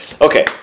Okay